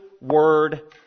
word